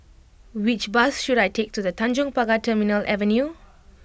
which bus should I take to The Tanjong Pagar Terminal Avenue